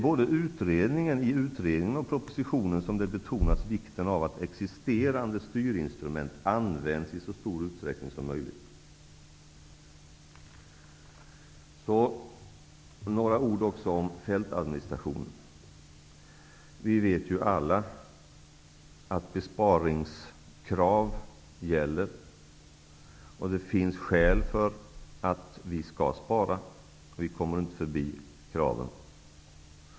Både i utredningen och propositionen betonas vikten av att existerande styrinstrument används i så stor utsträckning som möjligt. Sedan vill jag säga några ord om fältadministrationen. Vi vet ju alla att besparingskrav gäller. Det finns skäl för att vi skall spara. Vi kommer inte förbi kraven.